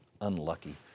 unlucky